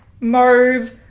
mauve